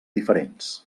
diferents